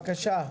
בבקשה.